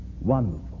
wonderful